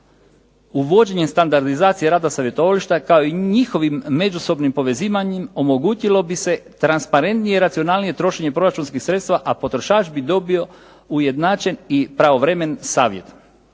Uvođenjem standardizacije rada savjetovališta, kao i njihovim međusobnim povezivanjem omogućilo bi se transparentnije, racionalnije trošenje proračunskih sredstava, a potrošač bi dobio ujednačen i pravovremen savjet.